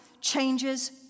changes